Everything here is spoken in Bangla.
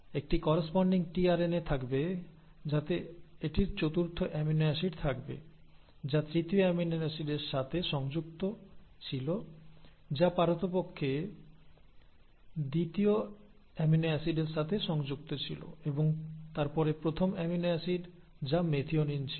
একটি করেসপন্ডিং টিআরএনএ থাকবে যাতে এটির চতুর্থ অ্যামিনো অ্যাসিড থাকবে যা তৃতীয় অ্যামিনো অ্যাসিডের সাথে সংযুক্ত ছিল যা পারতপক্ষে দ্বিতীয় অ্যামিনো অ্যাসিডের সাথে সংযুক্ত ছিল এবং তারপরে প্রথম অ্যামিনো অ্যাসিড যা মেথিওনিন ছিল